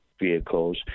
vehicles